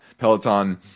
Peloton